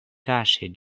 kaŝi